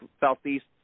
Southeast